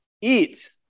eat